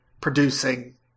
producing